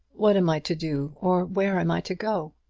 what am i to do, or where am i to go?